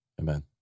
Amen